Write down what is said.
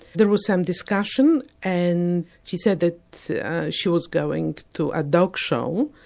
there was some discussion and she said that she was going to a dog show,